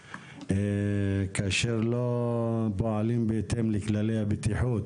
וכאשר לא פועלים בהתאם לכללי הבטיחות